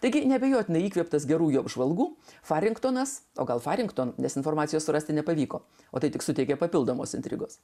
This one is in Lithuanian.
taigi neabejotinai įkvėptas gerųjų apžvalgų vašingtonas o gal parinkto dezinformacijos surasti nepavyko o tai tik suteikia papildomos intrigos